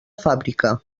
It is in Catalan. fàbrica